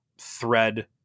thread